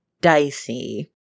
dicey